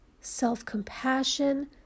self-compassion